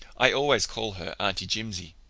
i always call her aunt jimsie.